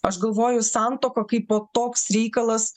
aš galvoju santuoką kaipo toks reikalas